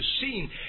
seen